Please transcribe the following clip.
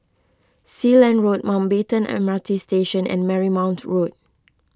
Sealand Road Mountbatten M R T Station and Marymount Road